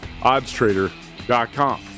oddstrader.com